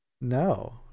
No